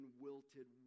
wilted